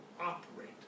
operate